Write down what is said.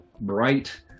bright